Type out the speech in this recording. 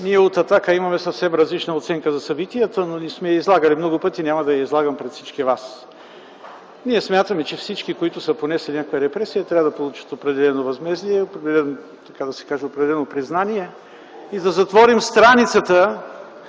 Ние от „Атака” имаме съвсем различна оценка за събитията. Излагали сме я много пъти и няма да я излагам пред всички вас. Ние смятаме, че всички, които са понесли някаква репресия, трябва да получат определено възмездие, определено признание и да затворим страницата,